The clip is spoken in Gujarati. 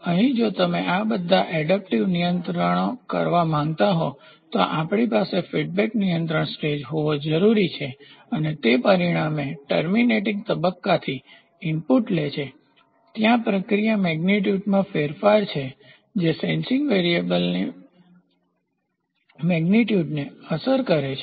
અહીં જો તમે આ બધા એડપ્ટીવઅનુકૂલનશીલ નિયંત્રણો કરવા માંગતા હો તો આપણી પાસે ફીડબેક નિયંત્રણ સ્ટેજ હોવો જરૂરી છે અને તે પરિણામે ટર્મીનેટીન્ગ તબક્કાથી ઇનપુટ લે છે ત્યાં પ્રક્રિયા મેગ્નીટ્યુડમાં ફેરફાર છે જે સેન્સિંગ વેરીએબલની મેગ્નીટ્યુડને અસર કરે છે